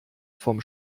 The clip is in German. vom